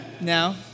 No